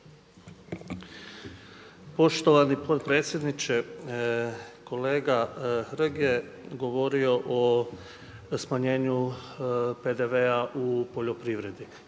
Poštovani potpredsjedniče, kolega Hrg je govorio o smanjenju PDV-a u poljoprivredi.